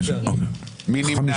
מי נמנע?